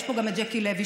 יש פה גם את ז'קי לוי,